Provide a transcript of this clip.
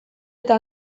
eta